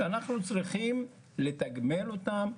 ואנחנו צריכים לתגמל אותם,